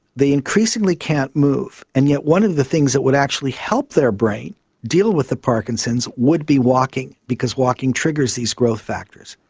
they increasingly can't move, and yet one of the things that would actually help their brain deal with the parkinson's would be walking, because walking triggers these growth factors.